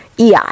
EI